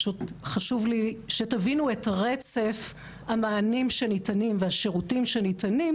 פשוט חשוב לי שתבינו את הרצף המענים שניתנים והשירותים שניתנים,